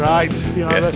Right